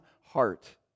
heart